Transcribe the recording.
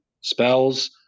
spells